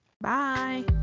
bye